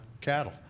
cattle